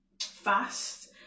fast